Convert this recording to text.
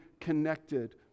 connected